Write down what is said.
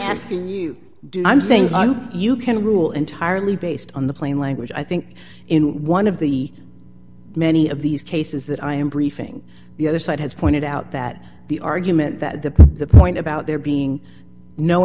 asking you do i'm saying you can rule entirely based on the plain language i think in one of the many of these cases that i am briefing the other side has pointed out that the argument that the the point about there being no